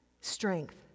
strength